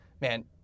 man